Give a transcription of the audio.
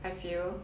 I feel